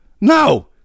no